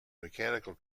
mechanical